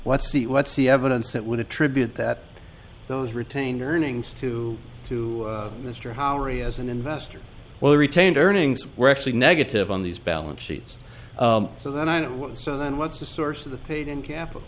what's the what's the evidence that would attribute that those retained earnings to to mr howard as an investor well retained earnings were actually negative on these balance sheets so that i know so then what's the source of the paid in capital